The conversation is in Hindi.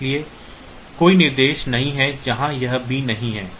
इसलिए कोई निर्देश नहीं है जहां यह B नहीं है